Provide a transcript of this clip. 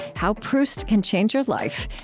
how proust can change your life,